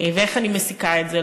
ואיך אני מסיקה את זה?